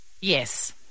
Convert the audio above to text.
Yes